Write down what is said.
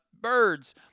birds